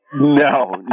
No